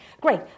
great